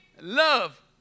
love